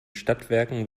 stadtwerken